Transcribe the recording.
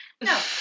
No